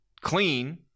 clean